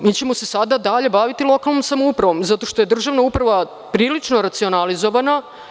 Dalje ćemo se baviti lokalnom samoupravom zato što je državna uprava prilično racionalizovana.